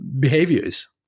behaviors